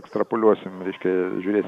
ekstrapoliuosim reiškia žiūrėsim